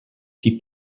qui